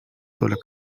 tuleb